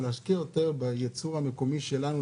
ונשקיע יותר בייצור המקומי שלנו,